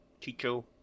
Chicho